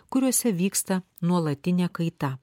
kuriuose vyksta nuolatinė kaita